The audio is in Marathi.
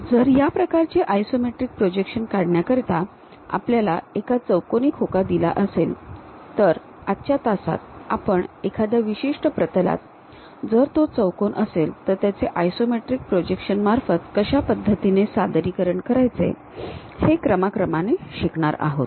जर या प्रकारचे आयसोमेट्रिक प्रोजेक्शन्स काढण्याकरिता आपल्याला एक चौकोनी खोका दिला गेला असेल तर आजच्या तासात आपण एखाद्या विशिष्ट प्रतलात जर तो चौकोन असेल तर त्याचे आयसोमेट्रिक प्रोजेक्शन मार्फत कशा पद्धतीने सादरीकरण करायचे हे क्रमाक्रमाने शिकणार आहोत